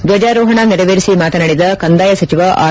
ಧ್ವಜಾರೋಹಣ ನೆರವೇರಿಸಿ ಮಾತನಾಡಿದ ಕೆಂದಾಯ ಸಚಿವ ಆರ್